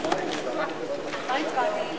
ותשלומים אחרים למי שחברותו בכנסת הושעתה),